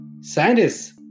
Scientists